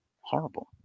horrible